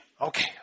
Okay